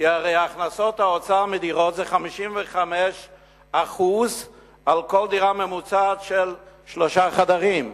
כי הרי הכנסות האוצר מדירות זה 55% על כל דירה ממוצעת של שלושה חדרים,